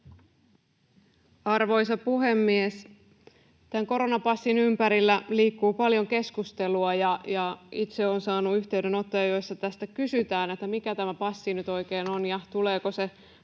Arvoisa puhemies! Tämän koronapassin ympärillä liikkuu paljon keskustelua, ja itse olen saanut yhteydenottoja, joissa kysytään, mikä tämä passi nyt oikein on ja tuleeko se